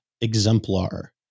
Exemplar